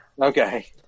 Okay